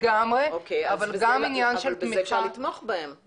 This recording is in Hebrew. אבל בזה אפשר לתמוך בהם, לא?